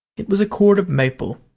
it was a cord of maple,